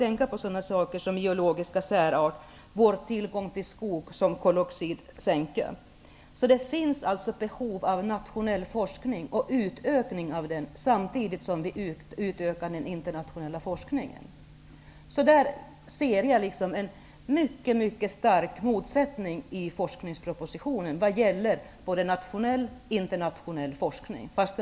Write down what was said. Där finns t.ex. den geologiska särarten och vår tillgång till skog som kan sänka koldioxidhalterna. Det finns alltså behov av en utökning av den nationella forskningen. Samtidigt måste vi utöka den internationella forskningen. Jag ser en mycket stark motsättning i forskningspropositionen vad gäller internationell och nationell forskning.